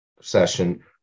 session